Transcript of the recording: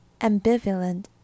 ambivalent